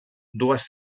dues